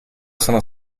sono